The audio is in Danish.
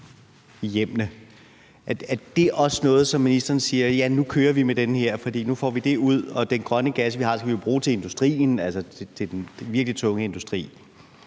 i hjemmene. Er det også noget, hvor ministeren siger: Ja, nu kører vi med den her, for nu får vi det ud, og den grønne gas, vi har, skal vi jo bruge til industrien, altså til den virkelig tunge industri?